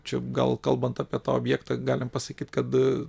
čia gal kalbant apie tą objektą galima pasakyti kad